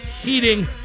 heating